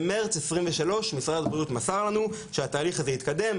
במרץ 2023 משרד הבריאות מסר לנו שהתהליך הזה התקדם,